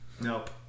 Nope